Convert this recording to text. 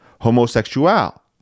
homosexual